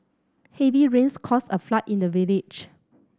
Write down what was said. heavy rains caused a flood in the village